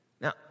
Now